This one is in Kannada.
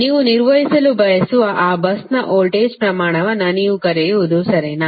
ನೀವು ನಿರ್ವಹಿಸಲು ಬಯಸುವ ಆ ಬಸ್ನ ವೋಲ್ಟೇಜ್ ಪ್ರಮಾಣವನ್ನು ನೀವು ಕರೆಯುವುದು ಸರಿನಾ